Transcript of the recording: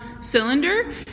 Cylinder